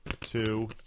two